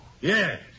Yes